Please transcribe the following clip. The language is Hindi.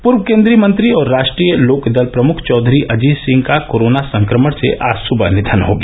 पूर्व केन्द्रीय मंत्री और राष्ट्रीय लोक दल प्रमुख चौधरी अजीत सिंह का कोरोना संक्रमण से आज सुबह निधन हो गया